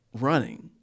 running